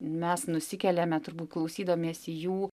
mes nusikeliame turbūt klausydamiesi jų